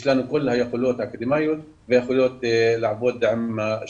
יש לנו את כל היכולות האקדמאיות והיכולות לעבוד עם השטח.